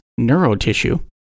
neurotissue